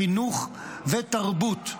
חינוך ותרבות".